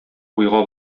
уйга